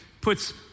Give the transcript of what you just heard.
puts